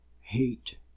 hate